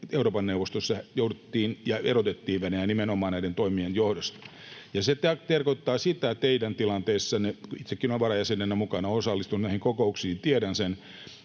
Euroopan neuvostossa erotettiin Venäjä nimenomaan näiden toimien johdosta. Ja se tarkoittaa teidän tilanteessanne — kun itsekin olen varajäsenenä mukana, osallistun näihin kokouksiin, tiedän sen